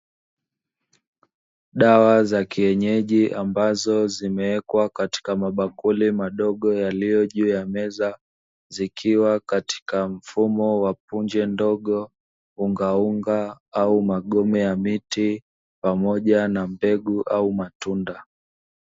Dawa za kienyeji ambazo zimewekwa katika mabakuli madogo, yaliyo juu ya meza, zikiwa katika mfumo wa punje ndogo ungaunga, au magome ya miti pamoja na mbegu au matunda.